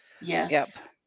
Yes